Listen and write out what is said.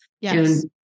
Yes